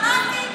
קראתי.